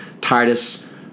Titus